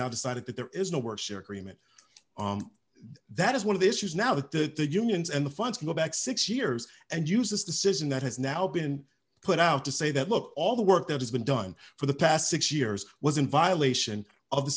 now decided that there is no work share cream and that is one of the issues now that that the unions and the funds go back six years and use this decision that has now been put out to say that look all the work that has been done for the past six years was in violation of the